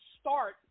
start